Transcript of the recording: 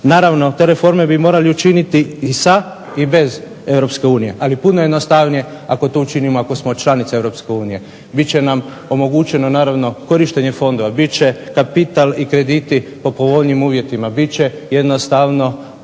Naravno te reforme bi morali učiniti i sa i bez EU, ali je puno jednostavnije ako to učinimo ako smo članica EU. Bit će nam omogućeno naravno korištenje fondova, bit će kapital i krediti po povoljnijim uvjetima, bit će jednostavno